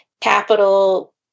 capital